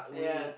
yeah